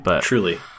Truly